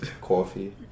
coffee